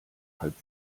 halb